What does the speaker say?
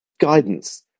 guidance